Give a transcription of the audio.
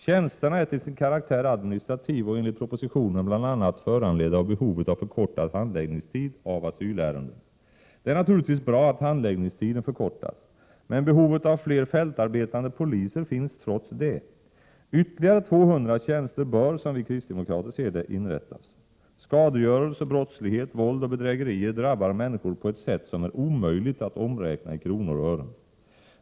Tjänsterna är till sin karaktär administrativa och enligt propositionen bl.a. föranledda av behovet av förkortad handläggningstid för asylärenden. Det är bra att handläggningstiden förkortas, men behovet av fler fältarbetande poliser finns trots det. Ytterligare 200 tjänster bör, som vi kristdemokrater ser det, inrättas. Skadegörelse, brottslighet, våld och bedrägerier drabbar människor på ett sätt som är omöjligt att omräkna i kronor och ören.